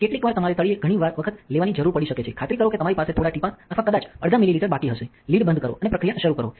કેટલીકવાર તમારે તળિયે ઘણી વખત લેવાની જરૂર પડી શકે છે ખાતરી કરો કે તમારી પાસે થોડા ટીપાં અથવા કદાચ અડધા મિલીલીટર બાકી હશે લીડ બંધ કરો અને પ્રક્રિયા શરૂ કરો